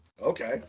Okay